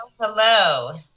Hello